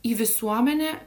į visuomenę